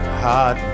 hot